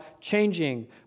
changing